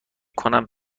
کنم